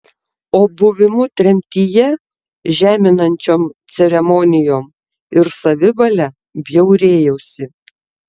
o buvimu tremtyje žeminančiom ceremonijom ir savivale bjaurėjausi